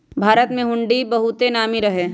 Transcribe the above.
भारत में हुंडी बहुते नामी रहै